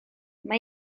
mae